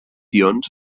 ions